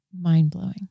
mind-blowing